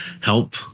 help